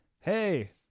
hey –